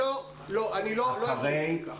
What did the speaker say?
אני לא מסכים.